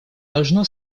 должно